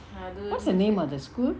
what's the name of the school